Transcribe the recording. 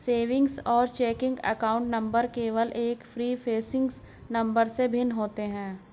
savings और checking account number केवल एक प्रीफेसिंग नंबर से भिन्न होते हैं